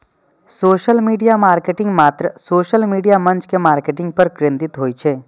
social media marketing मात्र social media मंच के मार्केटिंग पर केंद्रित होइ छै